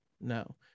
No